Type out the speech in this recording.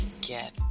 Get